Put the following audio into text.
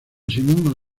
simón